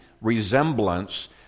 resemblance